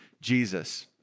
Jesus